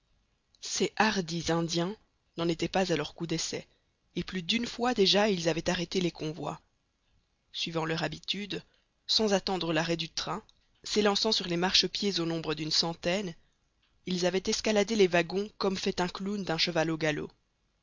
ces hardis indiens n'en étaient pas à leur coup d'essai et plus d'une fois déjà ils avaient arrêté les convois suivant leur habitude sans attendre l'arrêt du train s'élançant sur les marchepieds au nombre d'une centaine ils avaient escaladé les wagons comme fait un clown d'un cheval au galop